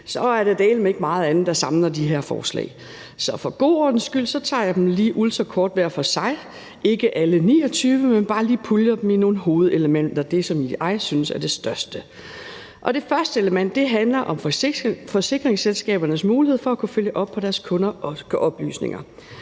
så er det dæleme ikke meget andet, der samler de her forslag. Så for god ordens skyld tager jeg dem lige ultrakort hver for sig, ikke alle 29, men jeg puljer dem bare lige i nogle hovedelementer; det, som jeg synes er det største. Det første element handler om forsikringsselskabernes mulighed for at kunne følge op på deres kunders oplysninger.